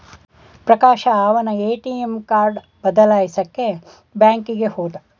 ಪ್ರಕಾಶ ಅವನ್ನ ATM card ಬದಲಾಯಿಸಕ್ಕೇ ಬ್ಯಾಂಕಿಗೆ ಹೋದ